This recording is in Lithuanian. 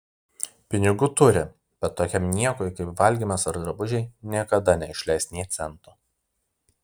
pinigų turi bet tokiam niekui kaip valgymas ar drabužiai niekada neišleis nė cento